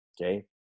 Okay